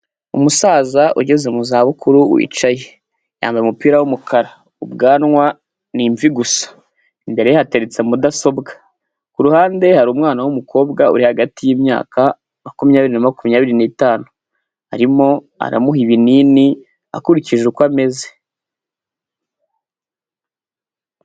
Umusaza ugeze mu za bukuru, wicaye. Yambaye umupira w'umukara. Ubwanwa ni imvi gusa. Imbere ye hateretse mudasobwa. Ku ruhande hari umwana w'umukobwa uri hagati yimyaka makumyabiri na makumyabiri n'itanu. Arimo aramuha ibinini akurikije uko ameze.